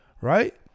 Right